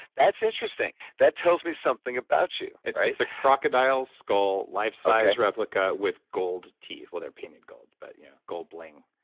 that's interesting. that tells me something about you it's a crocodile skull, life size replica with gold teeth. well they're painted gold but yeah gold bling.